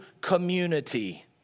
community